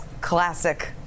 classic